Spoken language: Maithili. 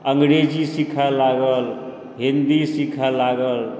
अङ्ग्रेजी सीखै लागल हिन्दी सीखै लागल